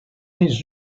his